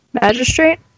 magistrate